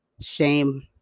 shame